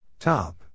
Top